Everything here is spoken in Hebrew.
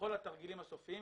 ובכל התרגילים הסופיים,